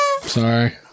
Sorry